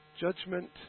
Judgment